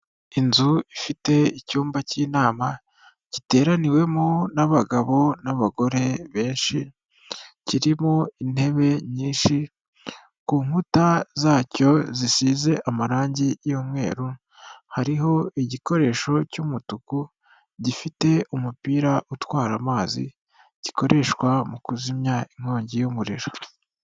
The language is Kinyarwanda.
Inzu ifite icyumba cy'inama giteraniwemo n'abagabo n'abagore benshi, kirimo intebe nyinshi ku nkuta zacyo zisize amarangi y'umweru hariho igikoresho cy'umutuku gifite umupira utwara amazi gikoreshwa mu kuzimya inkongi y'umuriro.